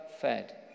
fed